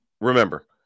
Remember